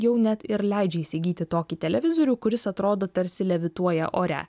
jau net ir leidžia įsigyti tokį televizorių kuris atrodo tarsi levituoja ore